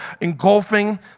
engulfing